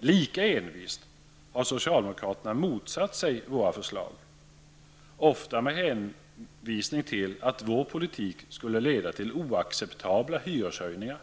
Lika envist har socialdemokraterna motsatt sig våra förslag, ofta med hänvisning till att vår politik skulle leda till oacceptabla hyreshöjningar